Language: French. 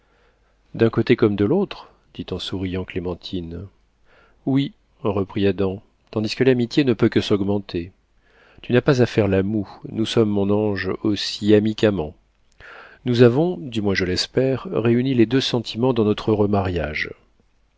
d'un côté comme de l'autre dit en souriant clémentine oui reprit adam tandis que l'amitié ne peut que s'augmenter tu n'as pas à faire la moue nous sommes mon ange aussi amis qu'amants nous avons du moins je l'espère réuni les deux sentiments dans notre heureux mariage